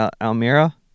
Almira